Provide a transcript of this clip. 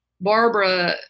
Barbara